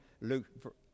Luke